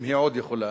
אם היא עוד יכולה